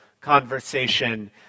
conversation